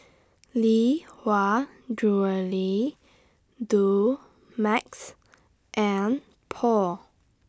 Lee Hwa Jewellery Dumex and Paul